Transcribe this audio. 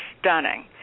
stunning